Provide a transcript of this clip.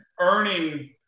earning